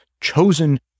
chosen